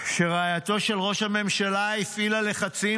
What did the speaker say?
שבשבועות האחרונים רעייתו של ראש הממשלה הפעילה לחצים